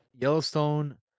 Yellowstone